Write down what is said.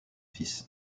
fils